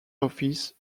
office